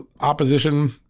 opposition